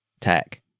tech